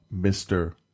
mr